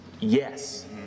Yes